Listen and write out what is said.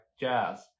jazz